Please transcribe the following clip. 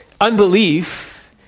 unbelief